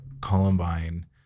Columbine